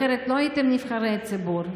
אחרת לא הייתם נבחרי ציבור.